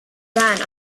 ran